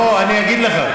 בוא אני אגיד לך.